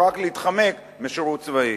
רק להתחמק משירות צבאי.